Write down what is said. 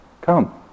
come